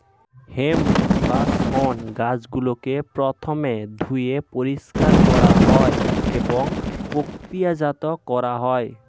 hemp বা শণ গাছগুলিকে প্রথমে ধুয়ে পরিষ্কার করা হয় এবং প্রক্রিয়াজাত করা হয়